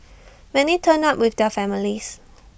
many turned up with their families